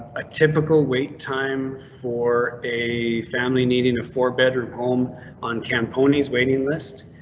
ah typical wait time for a family needing a four bedroom home on cam ponies waiting list.